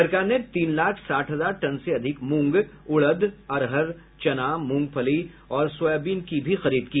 सरकार ने तीन लाख साठ हजार टन से अधिक मूंग उड़द अरहर चने मूंगफली और सोयाबीन की भी खरीद की